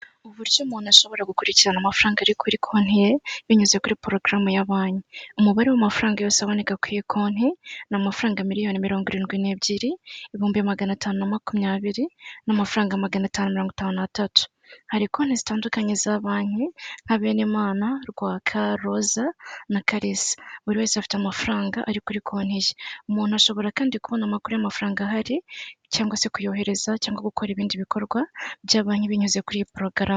Uburyo umuntu ashobora gukurikirana amafaranga ari kuri konti ye binyuze kuri porogaramu banki, umubare w'amafaranga yose aboneka ku konti ni amafaranga miliyoni mirongo i indwi n'ebyiri ibihumbi magana atanu na makumyabiri n'amafaranga magana atanu mirongo i itanu n'atatu. Hari konti zitandukanye za banki nka Benimana, rwaka, roza na calisa buri wese afite amafaranga ari kuri konti ye, umuntu ashobora kandi kubona amakuru y'amafaranga ahari cyangwa se kuyohereza cyangwa gukora ibindi bikorwa bya banki binyuze kuri porogaramu.